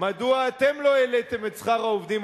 לא היה זמן.